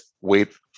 wait